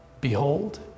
Behold